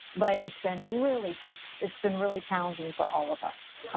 but it's been really, so it's been really challenging for all of us.